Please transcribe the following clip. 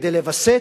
כדי לווסת,